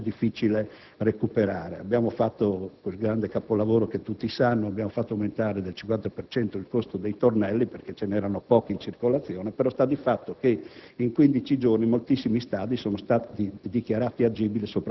*metal detector*, videocamere) e tutte quelle strutture che invece sembrava fosse difficile recuperare. Abbiamo fatto quel grande capolavoro che tutti sanno: abbiamo fatto aumentare del cinquanta per cento il costo dei tornelli perché ve ne erano pochi in circolazione; sta di fatto, però,